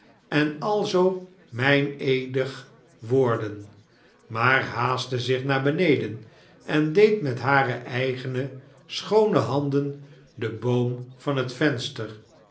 en alzoo meineedig worden maar haastte zich naar beneden en deed met hare eigene schoone handen den boom van het venster